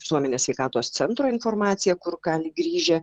visuomenės sveikatos centro informaciją kur gali grįžę